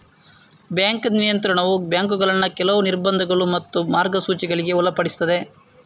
bank ನಿಯಂತ್ರಣವು ಬ್ಯಾಂಕುಗಳನ್ನ ಕೆಲವು ನಿರ್ಬಂಧಗಳು ಮತ್ತು ಮಾರ್ಗಸೂಚಿಗಳಿಗೆ ಒಳಪಡಿಸ್ತದೆ